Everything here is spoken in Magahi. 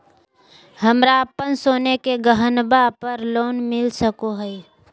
हमरा अप्पन सोने के गहनबा पर लोन मिल सको हइ?